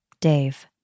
Dave